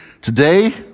Today